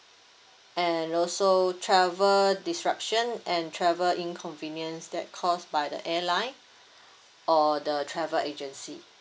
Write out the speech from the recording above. and also travel disruption and travel inconvenience that caused by the airline or the travel agency